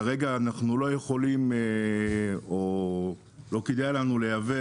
כרגע אנחנו לא יכולים או לא כדאי לנו לייבא